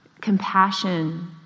compassion